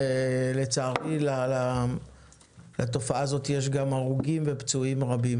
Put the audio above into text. לצערי לתופעה הזו יש הרוגים ופצועים רבים.